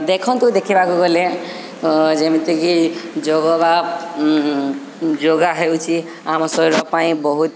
ଦେଖନ୍ତୁ ଦେଖିବାକୁ ଗଲେ ଯେମିତିକି ଯୋଗ ବା ଯୋଗା ହେଉଛି ଆମ ଶରୀର ପାଇଁ ବହୁତ